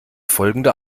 folgende